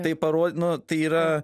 tai paro nu tai yra